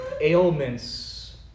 ailments